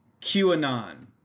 QAnon